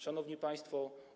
Szanowni Państwo!